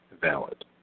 valid